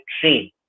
train